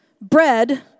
bread